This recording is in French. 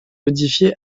modifiée